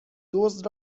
دزد